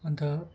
अन्त